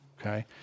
Okay